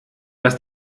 was